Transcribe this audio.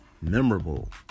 memorable